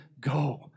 go